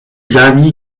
xavier